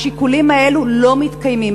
השיקולים האלו לא מתקיימים.